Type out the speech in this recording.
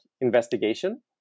investigation